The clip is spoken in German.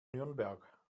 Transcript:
nürnberg